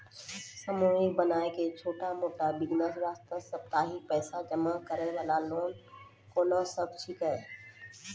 समूह बनाय के छोटा मोटा बिज़नेस वास्ते साप्ताहिक पैसा जमा करे वाला लोन कोंन सब छीके?